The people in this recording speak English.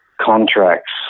contracts